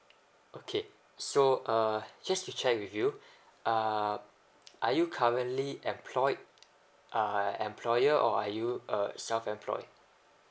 okay so uh just to check with you uh are you currently employed uh employer or are you err self employed